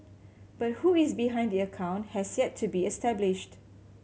but who is behind the account has yet to be established